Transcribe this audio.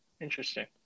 Interesting